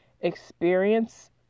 experience